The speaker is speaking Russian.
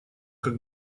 как